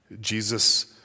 Jesus